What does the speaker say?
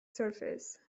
surface